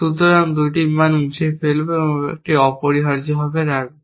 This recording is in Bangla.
সুতরাং এটি 2টি মান মুছে ফেলবে এবং একটি অপরিহার্যভাবে রাখবে